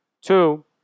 Two